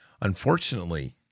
unfortunately